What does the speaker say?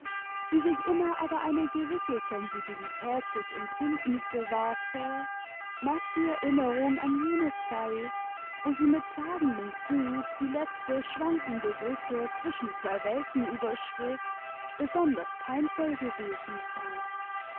die sich immer aber eine gewisse sensibilität des empfindens bewahrte mag die erinnerung an jene zeit wo sie mit zagendem fuß die letzte schwankende brücke zwischen zwei welten überschritt besonders peinvoll gewesen sein